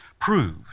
proved